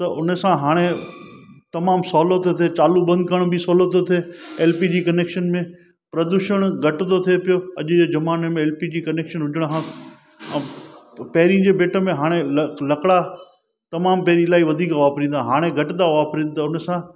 त हुन सां हाणे तमामु सवलो थो थिए चालू बंदि करण बि सवलो थो थिए एल पी जी कनेकशन में प्रदूषण घटि थो थिए पियो अॼु जे ज़माने में एल पी जी कनेकशन हुजण खां ऐं पहिरीं जे भेट में हाणे ल लकड़ा तमामु पहिरीं लाइ वधीक वापरींदा हाणे घटि था वापरिनि त हुन सां